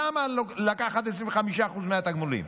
למה לקחת לו 25% מהתגמולים?